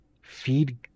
feed